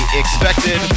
expected